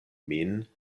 min